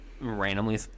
randomly